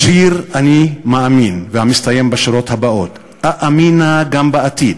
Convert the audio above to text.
בשיר "אני מאמין" המסתיים בשורות הבאות: "אאמינה גם בעתיד,